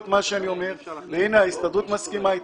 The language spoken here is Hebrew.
הנה ההסתדרות מסכימה איתי,